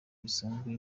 bisanzwe